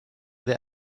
the